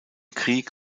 krieg